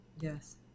Yes